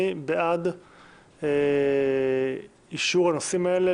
מי בעד אישור הנושאים האלה,